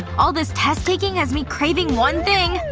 all this test-taking has me craving one thing.